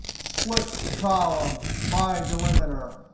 split column by delimiter.